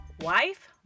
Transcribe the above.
wife